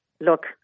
look